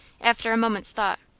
after a moment's thought.